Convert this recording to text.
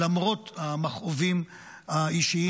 למרות המכאובים האישיים,